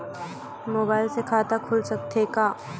Mobile से खाता खुल सकथे का?